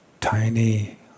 tiny